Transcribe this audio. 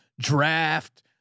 Draft